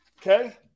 Okay